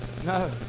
No